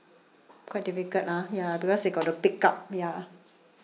quite difficult ah ya because they got to pick up ya